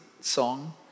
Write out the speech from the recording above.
song